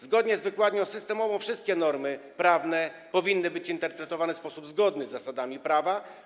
Zgodnie z wykładnią systemową wszystkie normy prawne powinny być interpretowane w sposób zgodny z zasadami prawa.